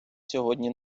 сьогодні